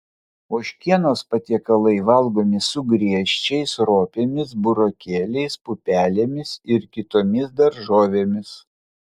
ožkienos patiekalai valgomi su griežčiais ropėmis burokėliais pupelėmis ir kitomis daržovėmis